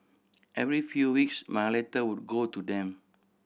every few weeks my letter would go to them